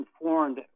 informed